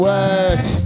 Words